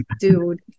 dude